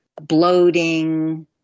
bloating